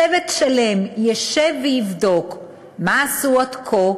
צוות שלם ישב ויבדוק מה עשו עד כה,